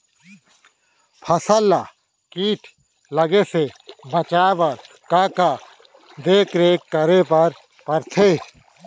फसल ला किट लगे से बचाए बर, का का देखरेख करे बर परथे?